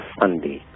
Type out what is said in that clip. Sunday